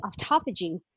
autophagy